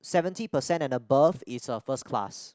seventy percent and above is a first class